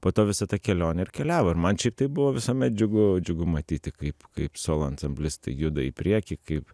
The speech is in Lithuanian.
po to visa ta kelionė ir keliavo ir man šiaip tai buvo visuomet džiugu džiugu matyti kaip kaip solo ansamblis juda į priekį kaip